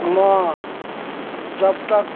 म जबतक